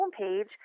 homepage